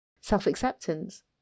self-acceptance